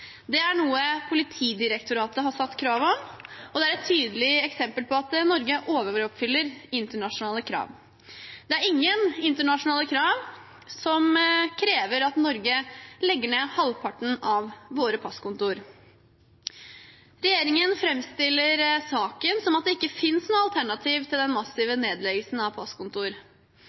Dette er noe Politidirektoratet har stilt krav om, og det er et tydelig eksempel på at Norge overoppfyller internasjonale krav. Det er ingen internasjonale krav om at Norge skal legge ned halvparten av våre passkontor. Regjeringen framstiller saken som at det ikke finnes noe alternativ til denne massive nedleggelsen av passkontor.